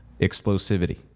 explosivity